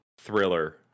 thriller